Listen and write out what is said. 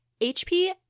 HP